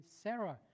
Sarah